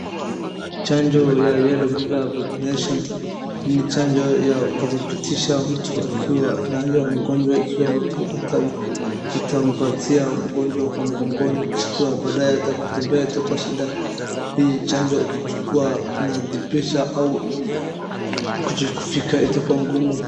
Chanjo ya yellow fever vaccination . Hii ni chanjo ya kudhibitisha mtu kiwa na hiyo mgonjwa ikiwa mtu atampatia mgonjw kwa mgongoni, kichwa baada ya kutembea itakua shida. Hii chanjo ukichukua inadhibisha au kujifika itakua ngumu.